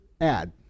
add